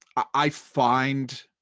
i find